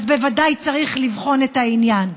אז בוודאי צריך לבחון את העניין.